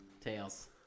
Tails